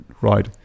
right